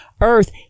earth